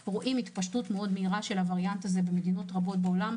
התפשטות מאוד מהירה של הווריאנט הזה במדינות רבות בעולם,